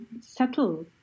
settle